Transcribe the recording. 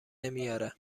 نمیاره